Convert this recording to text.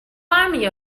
army